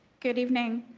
good evening.